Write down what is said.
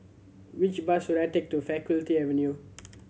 which bus should I take to Faculty Avenue